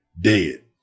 dead